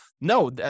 no